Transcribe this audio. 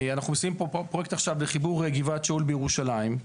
אנחנו מסיימים פרויקט עכשיו לחיבור גבעת שאול בירושלים.